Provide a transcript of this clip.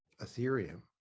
Ethereum